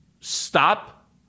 stop